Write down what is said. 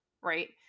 Right